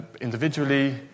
individually